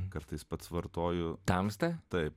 kartais pats vartoju tamsta taip